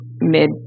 mid